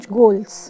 goals